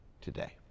today